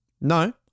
No